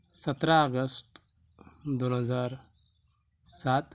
सतरा आगस्ट दोन हजार सात